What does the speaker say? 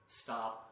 stop